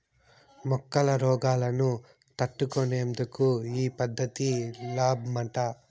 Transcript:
మొక్కల రోగాలను తట్టుకునేందుకు ఈ పద్ధతి లాబ్మట